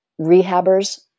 rehabbers